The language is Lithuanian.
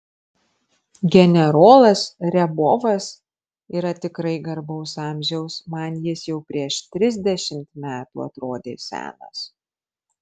generolas riabovas yra tikrai garbaus amžiaus man jis jau prieš trisdešimt metų atrodė senas